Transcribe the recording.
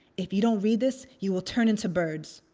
if you don't read this, you will turn into birds.